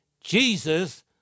Jesus